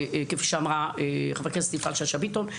כפי שאמרה חברת הכנסת יפעת שאשא ביטון,